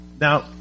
Now